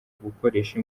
gukoresha